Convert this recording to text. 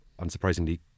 unsurprisingly